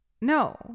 No